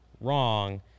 wrong